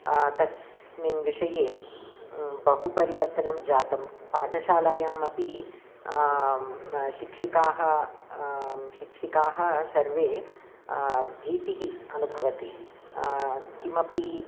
तस्स्मिन् विषये बहु परिवर्तनं जातं पाठशालायामपि शिक्षिकाः शिक्षिकाः सर्वे भीतिं अनुभवति किमपि